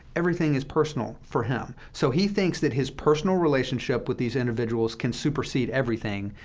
everything is personal for him. so he thinks that his personal relationship with these individuals can supersede everything,